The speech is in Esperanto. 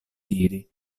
diri